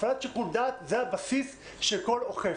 הפעלת שיקול דעת היא הבסיס של כל אוכף,